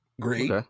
great